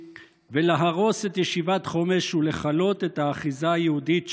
ולהרוס את ישיבת חומש ולכלות את האחיזה היהודית שם,